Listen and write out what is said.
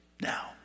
now